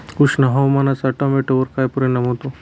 उष्ण हवामानाचा टोमॅटोवर काय परिणाम होतो?